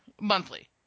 Monthly